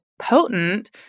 potent